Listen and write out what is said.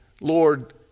Lord